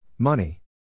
Money